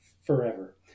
forever